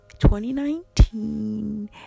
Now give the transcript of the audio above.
2019